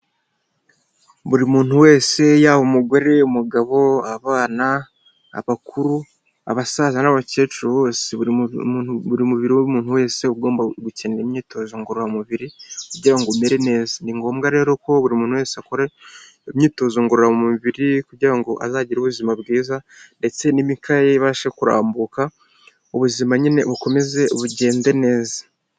Buri muntu wese yaba umugore, umugabo, abana, abakuru, abasaza n'abakecuru bose buri buri mubiri w'umuntu wese uba ugomba gukenera imyitozo ngorora mubiri kugira ngo umere neza, ni ngombwa rero ko buri muntu wese akora imyitozo ngorora mubiri kugira ngo azagire ubuzima bwiza ndetse n'imikaya ye ibashe kurambuka, ubuzima nyine bukomeze bugende neza.